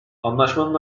anlaşmanın